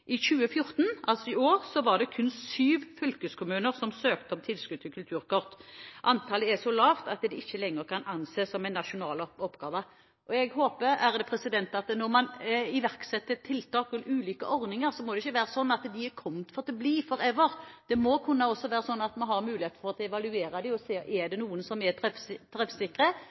I 2014 – altså i år – var det kun syv fylkeskommuner som søkte om tilskudd til kulturkort. Antallet er så lavt at det ikke lenger kan anses som en nasjonal oppgave. Og når man iverksetter tiltak og ulike ordninger, håper jeg det ikke må være slik at de er kommet for å bli – «for ever». Det må også kunne være slik at vi har muligheten til å evaluere dem og se om det er noen som er